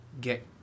get